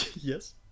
yes